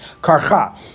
Karcha